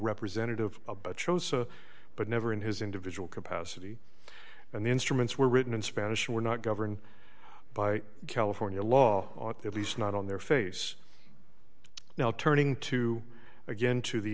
representative a but chose but never in his individual capacity and the instruments were written in spanish were not governed by california law ought at least not on their face now turning to again to the